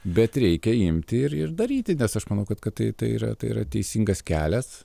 bet reikia imti ir ir daryti nes aš manau kad kad tai tai yra tai yra teisingas kelias